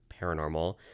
paranormal